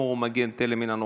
בצלאל סמוטריץ,